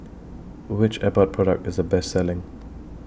Which Abbott Product IS The Best Selling